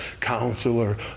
Counselor